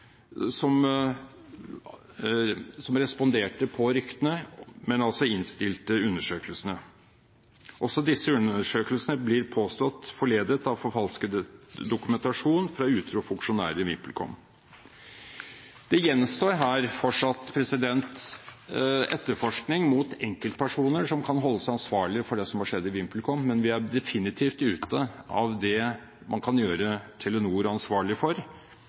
USA, som responderte på ryktene, men altså innstilte undersøkelsene. Også disse undersøkelsene blir påstått forledet av forfalsket dokumentasjon fra utro funksjonærer i VimpelCom. Det gjenstår fortsatt etterforskning mot enkeltpersoner som kan holdes ansvarlig for det som har skjedd i VimpelCom, men vi er definitivt ute av det man kan gjøre Telenor ansvarlig for.